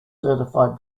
certified